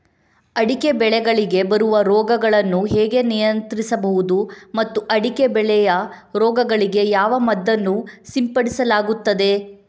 ಅಡಿಕೆ ಬೆಳೆಗಳಿಗೆ ಬರುವ ರೋಗಗಳನ್ನು ಹೇಗೆ ನಿಯಂತ್ರಿಸಬಹುದು ಮತ್ತು ಅಡಿಕೆ ಬೆಳೆಯ ರೋಗಗಳಿಗೆ ಯಾವ ಮದ್ದನ್ನು ಸಿಂಪಡಿಸಲಾಗುತ್ತದೆ?